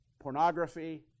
pornography